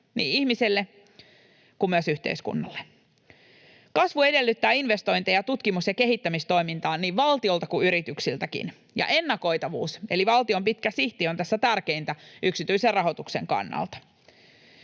niin ihmiselle kuin myös yhteiskunnalle. Kasvu edellyttää investointeja tutkimus- ja kehittämistoimintaan niin valtiolta kuin yrityksiltäkin, ja ennakoitavuus eli valtion pitkä sihti on tässä tärkeintä yksityisen rahoituksen kannalta.